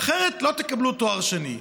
אחרת לא תקבלו תואר שני.